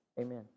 Amen